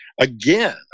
again